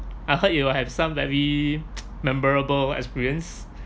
I heard you will have some very memorable experience